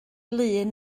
lŷn